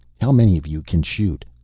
how many of you can shoot?